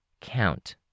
Count